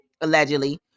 allegedly